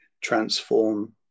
transform